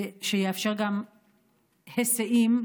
שיאפשר גם היסעים,